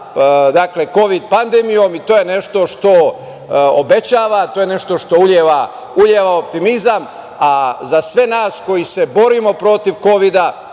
sa Kovid pandemijom i to je nešto što obećava, to je nešto što uliva optimizam. Za sve nas koji se borimo protiv Kovida,